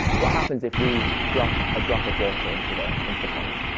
what happens if we drop a drop of water into the into the pond?